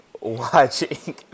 watching